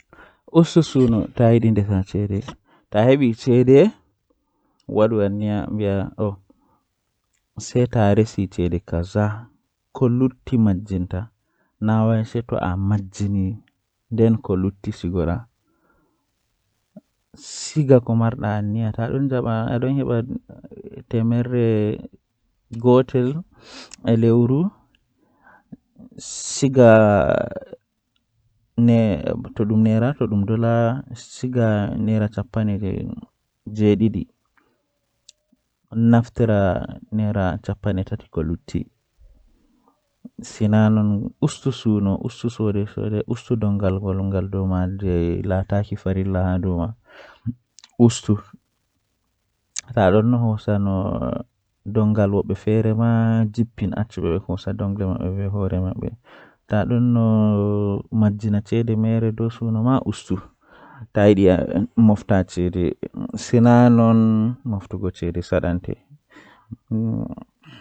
Dabbaji ɗon ekitina warooɓe maha haa zuriya maɓɓe beɗon ekitinabe hunde ɗuɗɗum haa duuɓi ko saali be duubi warande